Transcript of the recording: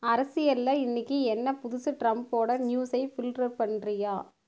அரசியலில் இன்றைக்கி என்ன புதுசு ட்ரம்ப்போடய நியூஸை ஃபில்ட்டர் பண்ணுறியா